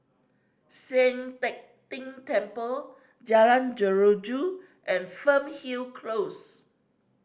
Sian Teck Tng Temple Jalan Jeruju and Fernhill Close